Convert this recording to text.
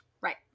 Right